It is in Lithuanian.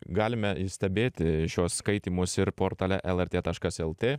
galime stebėti šiuos skaitymus ir portale lrt taškas lt